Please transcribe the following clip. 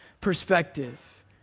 Perspective